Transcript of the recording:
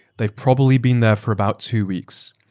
they've probably been there for about two weeks.